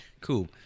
Cool